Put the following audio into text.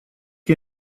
you